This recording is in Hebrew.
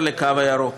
לקו הירוק.